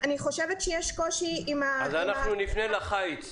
אז אנחנו נפנה לחיץ,